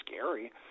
scary